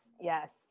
yes